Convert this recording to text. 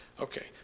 Okay